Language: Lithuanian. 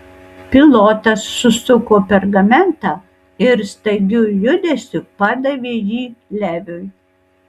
pilotas susuko pergamentą ir staigiu judesiu padavė jį leviui